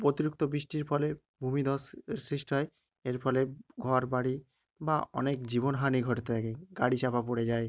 অতিরিক্ত বৃষ্টির ফলে ভূমি ধসের সৃষ্টি হয় এর ফলে ঘর বাড়ি বা অনেক জীবন হানি ঘটতে থাকে গাড়ি চাপা পড়ে যায়